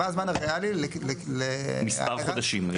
מה הזמן הריאלי -- מספר חודשים.